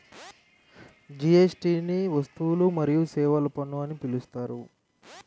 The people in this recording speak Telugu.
జీఎస్టీని వస్తువులు మరియు సేవల పన్ను అని పిలుస్తారు